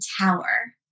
tower